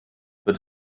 wird